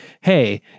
Hey